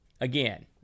again